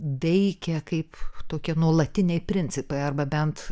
veikia kaip tokie nuolatiniai principai arba bent